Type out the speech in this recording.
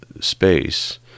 space